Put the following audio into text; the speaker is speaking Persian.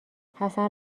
حسن